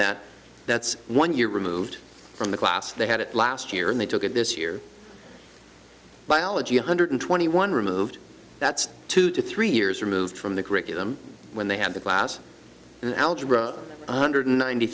that that's one year removed from the class they had it last year and they took it this year biology one hundred twenty one removed that's two to three years removed from the curriculum when they had the class in algebra one hundred ninety